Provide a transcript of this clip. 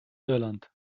irland